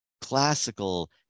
classical